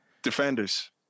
Defenders